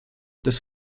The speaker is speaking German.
des